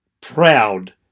proud